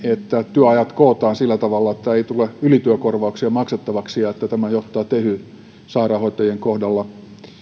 työajat kootaan sillä tavalla että ei tule ylityökorvauksia maksettavaksi ja että tämä johtaa tehyn sairaanhoitajien kohdalla